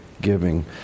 giving